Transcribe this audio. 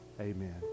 amen